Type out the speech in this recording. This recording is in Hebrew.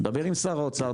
דבר עם שר האוצר,